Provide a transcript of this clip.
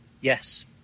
Yes